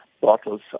bottles